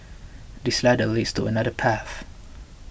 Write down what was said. this ladder leads to another path